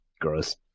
Gross